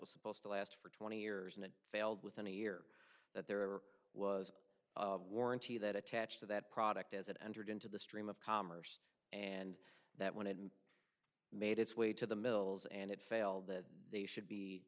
was supposed to last for twenty years and it failed within a year that there was a warranty that attach to that product as it entered into the stream of commerce and that when it made its way to the mills and it failed that they should be